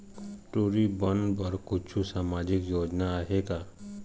टूरी बन बर कछु सामाजिक योजना आहे का?